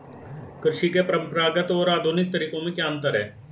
कृषि के परंपरागत और आधुनिक तरीकों में क्या अंतर है?